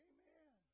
Amen